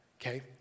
okay